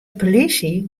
polysje